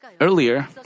Earlier